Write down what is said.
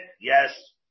Yes